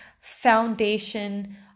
foundation